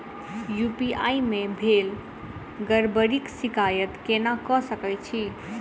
UPI मे भेल गड़बड़ीक शिकायत केना कऽ सकैत छी?